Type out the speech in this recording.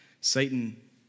Satan